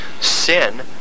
sin